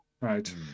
Right